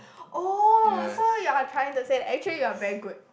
oh so you're trying to say actually you're very good